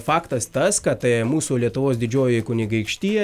faktas tas kad mūsų lietuvos didžioji kunigaikštija